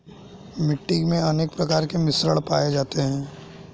मिट्टी मे अनेक प्रकार के मिश्रण पाये जाते है